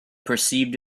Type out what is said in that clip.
perceived